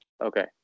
Okay